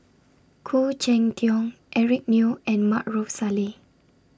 Khoo Cheng Tiong Eric Neo and Maarof Salleh